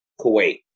Kuwait